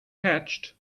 hatched